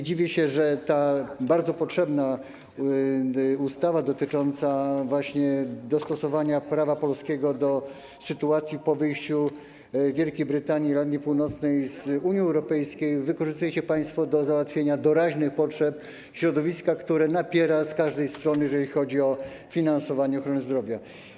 Dziwię się, że tę bardzo potrzebną ustawę dotyczącą dostosowania prawa polskiego do sytuacji po wyjściu Wielkiej Brytanii i Irlandii Północnej z Unii Europejskiej wykorzystujecie państwo do załatwienia doraźnych potrzeb środowiska, które napiera z każdej strony, jeżeli chodzi o finansowanie ochrony zdrowia.